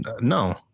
No